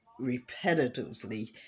repetitively